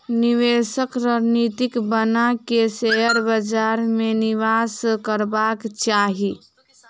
निवेशक रणनीति बना के शेयर बाजार में निवेश करबाक चाही